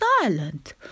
silent